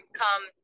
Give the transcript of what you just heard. come